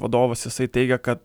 vadovas jisai teigia kad